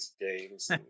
games